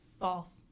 False